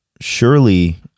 surely